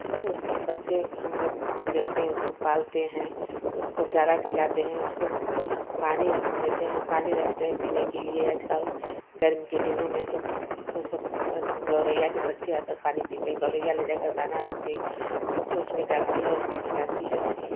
वो सब बच्चे हमलोग देखते हैं उसको पालते हैं उसको चारा खिलाते हैं उसको पानी देते हैं पानी रखते हैं पीने के लिए आजकल गर्मी के दिनों में तो ओ सब बस गोरैया के बच्चे आ कर पानी पीते हैं गोरैया ले जा कर दाना उसके चोंच में डालती है उसको खिलाती है